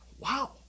Wow